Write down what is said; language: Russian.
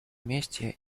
месте